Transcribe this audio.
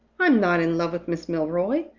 i'm not in love with miss milroy.